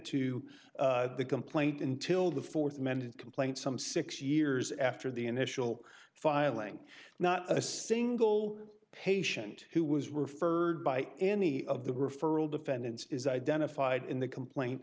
to the complaint until the fourth amendment complaint some six years after the initial filing not a single patient who was referred by any of the referral defendants is identified in the complain